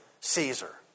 Caesar